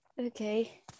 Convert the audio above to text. Okay